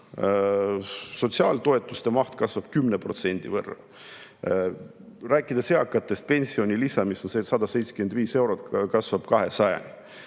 Sotsiaaltoetuste maht kasvab 10% võrra. Rääkides eakatest: pensionilisa, mis on praegu 175 eurot, kasvab 200